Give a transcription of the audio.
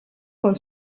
con